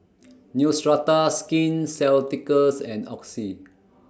Neostrata Skin Ceuticals and Oxy